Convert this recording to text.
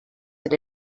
and